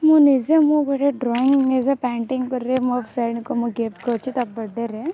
ମୁଁ ନିଜେ ମୁଁ ଗୋଟେ ଡ୍ରଇଂ ନିଜେ ପେଣ୍ଟିଂ କରିକି ମୋ ଫ୍ରେଣ୍ଡ୍କୁ ମୁଁ ଗିଫ୍ଟ କରୁଛି ତା ବାର୍ଥଡ଼େରେ